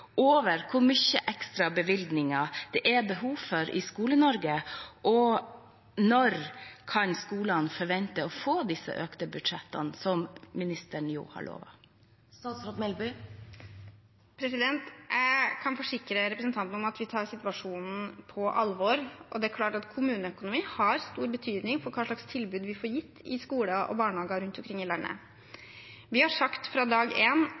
over hvor mye ekstra bevilgninger det er behov for i Skole-Norge? Og når kan skolene forvente å få disse økte budsjettene som ministeren har lovet? Jeg kan forsikre representanten om at vi tar situasjonen på alvor. Det er klart at kommuneøkonomi har stor betydning for hva slags tilbud vi får gitt i skoler og barnehager rundt omkring i landet. Vi har sagt fra dag